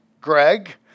Greg